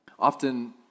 Often